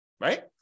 right